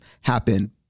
happen